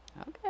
Okay